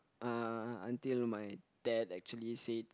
uh until my dad actually said